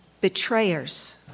Betrayers